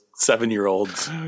seven-year-olds